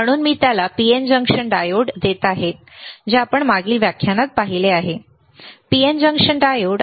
म्हणून मी त्याला PN जंक्शन डायोड देत आहे जे आपण मागील व्याख्यानात पाहिले आहे PN जंक्शन डायोड